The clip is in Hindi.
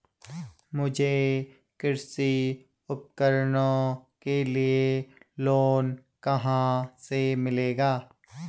मुझे कृषि उपकरणों के लिए लोन कहाँ से मिलेगा?